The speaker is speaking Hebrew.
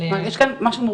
הנציג.